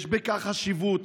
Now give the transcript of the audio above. יש בכך חשיבות,